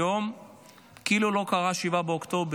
היום כאילו לא קרה 7 באוקטובר,